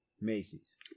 Macy's